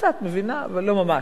קצת מבינה, אבל לא ממש.